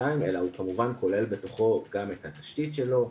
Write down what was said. אלא כמובן הוא כולל בתוכו גם את התשתית שלו,